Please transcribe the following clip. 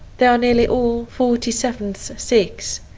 they are nearly all forty seventh sikhs,